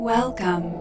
Welcome